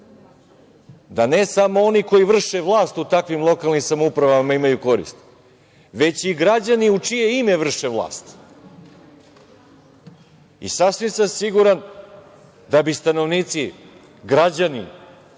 da ne samo oni koji vrše vlast u takvim lokalnim samoupravama imaju korist, već i građani, u čije ime vrše vlast. Sasvim sam siguran da bi stanovnici, građani